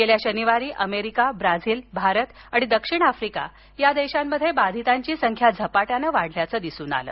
गेल्या शनिवारी America Brazil Bharat आणि दक्षिण आफ्रिका या देशांमध्ये बाधितांची सख्या झपाट्यानं वाढल्याचं दिसून आलं